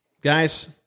guys